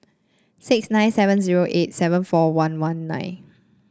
six nine seven zero eight seven four one one nine